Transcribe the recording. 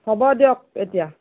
হ'ব দিয়ক এতিয়া